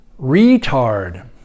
retard